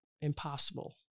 impossible